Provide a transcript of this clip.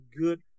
good